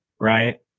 right